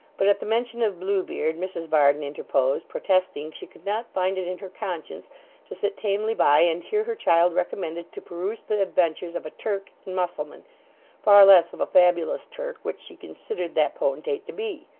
but at the mention of blue beard mrs varden interposed, protesting she could not find it in her conscience to sit tamely by, and hear her child recommended to peruse the adventures of a turk and mussulman far less of a fabulous turk, which she considered that potentate to be.